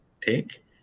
take